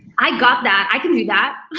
i got that, i can do that.